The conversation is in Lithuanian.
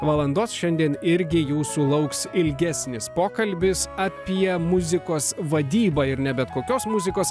valandos šiandien irgi jūsų lauks ilgesnis pokalbis apie muzikos vadybą ir ne bet kokios muzikos